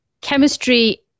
chemistry